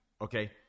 okay